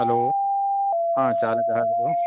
hello चालकः खलु